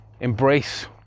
Embrace